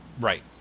Right